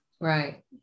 Right